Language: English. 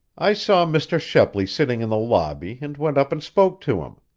i saw mr. shepley sitting in the lobby and went up and spoke to him.